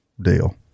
deal